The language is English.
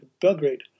Belgrade